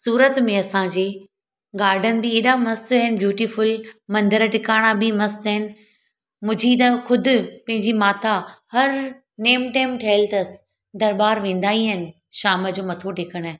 सूरत में असांजी गार्डन बि ऐॾा मस्तु आहिनि ब्यूटिफुल मंदर टिकाणा बि मस्तु आहिनि मुंहिंजी त ख़ुदि मुंहिंजी माता हर नेम टेम ठहियलु अथसि दरॿार वेंदा ई आहिनि शाम जो मथो टेकणु